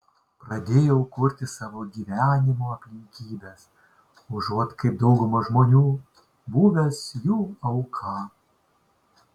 pradėjau kurti savo gyvenimo aplinkybes užuot kaip dauguma žmonių buvęs jų auka